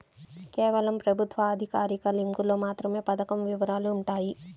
కేవలం ప్రభుత్వ అధికారిక లింకులో మాత్రమే పథకం వివరాలు వుంటయ్యి